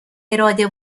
اراده